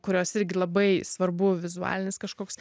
kurios irgi labai svarbu vizualinis kažkoks